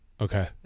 Okay